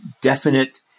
definite